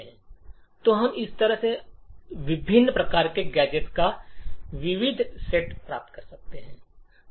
तो इस तरह से हम विभिन्न प्रकार के गैजेट्स का एक विविध सेट प्राप्त कर सकते हैं